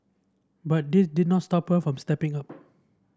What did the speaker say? but this did not stop her from stepping up